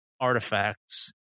artifacts